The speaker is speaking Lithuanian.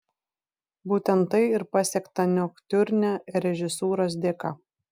būtent tai ir pasiekta noktiurne režisūros dėka